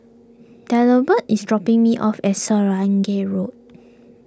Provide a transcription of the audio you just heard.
Delbert is dropping me off at Swanage Road